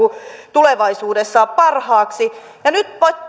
tulevaisuudessa parhaaksi nyt